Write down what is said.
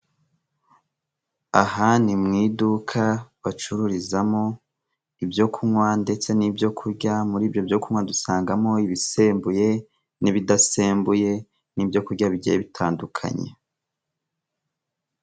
Aha ni mu iduka bacururizamo ibyo kunywa ndetse n'ibyo kurya muri byo kunywa dusangamo ibisembuye n'ibidasembuye n'ibyo kurya bigiye bitandukanye.